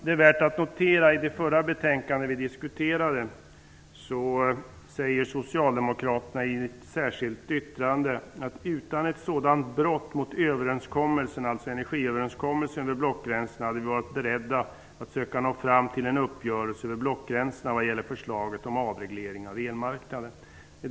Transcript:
Det är värt att notera att Socialdemokraterna i ett särskilt yttrande i det betänkande som vi nyss diskuterade säger: ''Utan ett sådant brott mot överenskommelsen'' -- ''hade vi varit beredda att söka nå fram till en uppgörelse över blockgränserna vad gäller förslaget om avreglering av elmarknaden.''